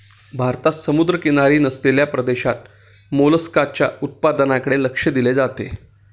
भारतात समुद्रकिनारी नसलेल्या प्रदेशात मोलस्काच्या उत्पादनाकडे लक्ष दिले जाते